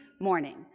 morning